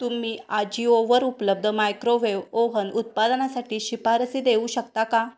तुम्ही आजिओवर उपलब्ध मायक्रोव्हेव ओव्हन उत्पादनासाठी शिफारसी देऊ शकता का